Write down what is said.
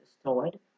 stored